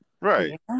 right